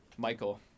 Michael